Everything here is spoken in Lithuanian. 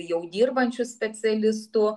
jau dirbančių specialistų